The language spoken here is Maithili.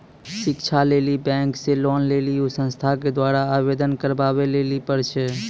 शिक्षा लेली बैंक से लोन लेली उ संस्थान के द्वारा आवेदन करबाबै लेली पर छै?